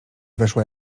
weszła